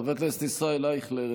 חבר הכנסת ישראל אייכלר,